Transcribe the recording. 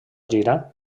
gira